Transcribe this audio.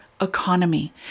economy